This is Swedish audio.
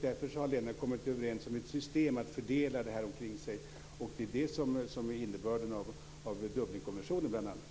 Därför har länderna kommit överens om ett system för att fördela ansökningarna. Det är det som är innebörden av bl.a.